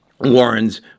Warren's